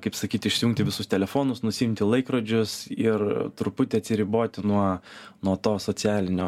kaip sakyt išsijungti visus telefonus nusiimti laikrodžius ir truputį atsiriboti nuo nuo to socialinio